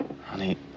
Honey